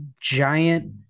giant